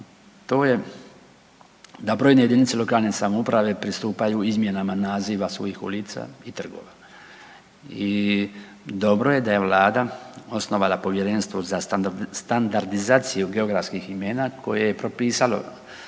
to je da brojne JLS pristupaju izmjenama naziva svojih ulica i trgova. I dobro je da je vlada osnovala Povjerenstvo za standardizaciju geografskih imena koje je propisalo,